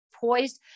poised